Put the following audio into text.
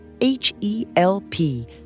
H-E-L-P